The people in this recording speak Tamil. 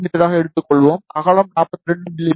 மீ ஆக எடுத்துக்கொள்வோம் அகலம் 42 மி